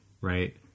right